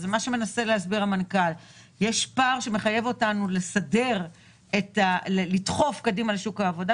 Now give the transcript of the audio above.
יש פער שמחייב אותנו לדחוף קדימה לשוק העבודה.